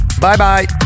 Bye-bye